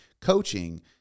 Coaching